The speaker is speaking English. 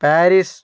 Paris